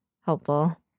helpful